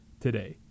today